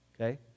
okay